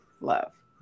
love